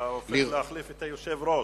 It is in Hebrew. אתה יכול להחליף את היושב-ראש.